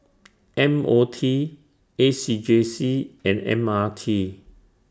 M O T A C J C and M R T